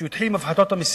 כשהוא התחיל עם הפחתות המסים,